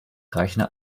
reichende